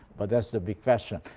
but that's the big question.